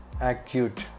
Acute